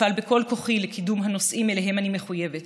אפעל בכל כוחי לקידום הנושאים שלהם אני מחויבת